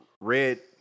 Red